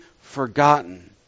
forgotten